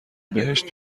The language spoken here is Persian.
بهشت